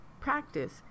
practice